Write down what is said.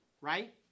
Right